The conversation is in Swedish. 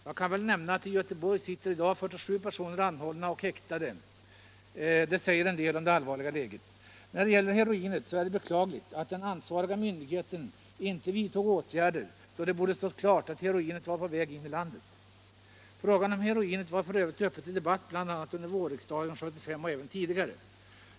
Jag kan nämna att i Göteborg sitter i dag 47 personer anhållna och häktade i dessa sammanhang. Det säger en del om det allvarliga läget. Det är beklagligt att den ansvariga myndigheten inte vidtog åtgärder då det borde ha stått klart att heroinet var på väg in i landet. Frågan om heroinet var f. ö. uppe till debatt under vårriksdagen 1975 och även tidigare.